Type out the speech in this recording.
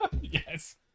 Yes